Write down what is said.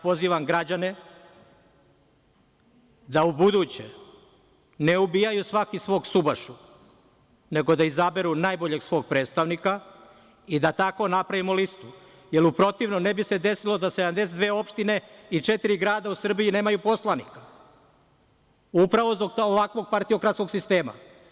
Pozivam građane da ubuduće ne ubijaju svaki svog subašu nego da izaberu najboljeg svoj predstavnika i da tako napravimo listu jer u protivnom ne bi se desilo da 72 opštine i četiri grada u Srbiji nemaju poslanika upravo zbog ovakvog partiokratiskog sistema.